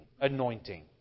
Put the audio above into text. Anointing